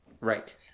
Right